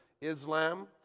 Islam